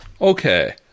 Okay